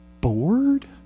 bored